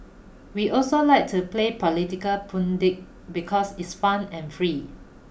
we also like to play political pundit because it's fun and free